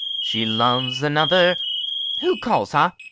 she loves another who calls, ha?